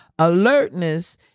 Alertness